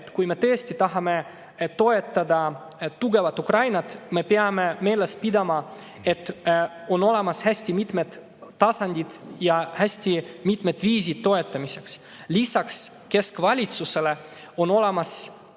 kui me tõesti tahame toetada tugevat Ukrainat, siis me peame meeles pidama, et on olemas hästi mitmed tasandid ja hästi mitmed viisid toetamiseks. Lisaks keskvalitsusele on olemas